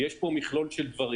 יש פה מכלול של דברים.